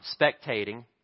spectating